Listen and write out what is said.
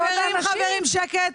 חברים, שקט.